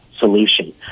solution